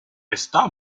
está